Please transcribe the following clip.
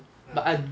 ah